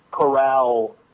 corral